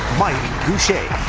mike gousha.